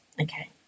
Okay